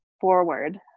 forward